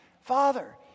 Father